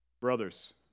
Brothers